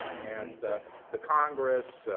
and the congress,